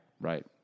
right